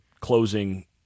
closing